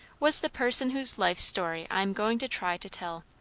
was the person whose life story i am going to try to tell.